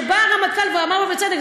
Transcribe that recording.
שבא הרמטכ"ל ואמר בצדק,